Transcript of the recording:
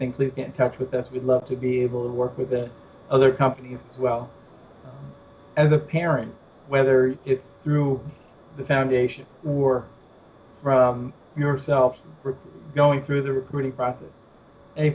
thing please get in touch with us we'd love to be able to work with other companies as well as a parent whether it's through the foundation for yourself going through the recruiting process a